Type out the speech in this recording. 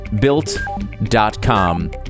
built.com